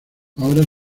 ahora